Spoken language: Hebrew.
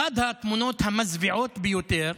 אחת התמונות המזוויעות ביותר,